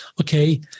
Okay